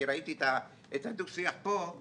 כי אני ראיתי את הדו שיח פה,